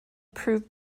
proved